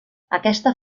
aquesta